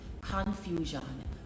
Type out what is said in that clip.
Confusion